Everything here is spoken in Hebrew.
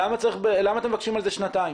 למה אתם מבקשים על זה שנתיים?